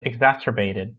exacerbated